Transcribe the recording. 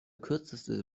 kürzeste